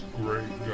great